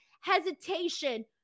hesitation